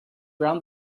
around